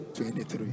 23